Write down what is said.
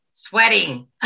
Sweating